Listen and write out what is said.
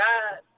God